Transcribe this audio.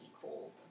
cold